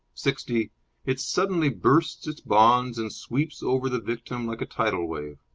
sixty it suddenly bursts its bonds and sweeps over the victim like a tidal wave.